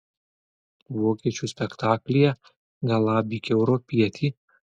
vokiečių spektaklyje galabyk europietį